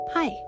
Hi